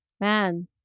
Man